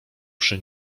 przy